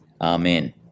amen